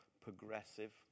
progressive